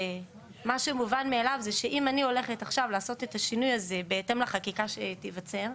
אם אני הולכת לעשות עכשיו את השינוי הזה בהתאם לחקיקה שתיווצר,